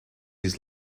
his